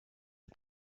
est